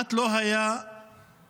וכמעט לא היה שבוע